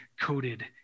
coated